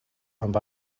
amb